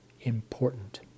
important